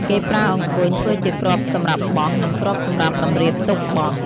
គេប្រើអង្គញ់ធ្វើជាគ្រាប់សម្រាប់បោះ និងគ្រាប់សម្រាប់តម្រៀបទុកបោះ ។